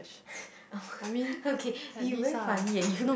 okay you very funny eh you